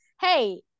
hey